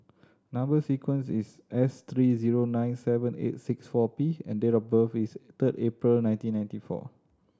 number sequence is S three zero nine seven eight six four P and date of birth is third April nineteen ninety four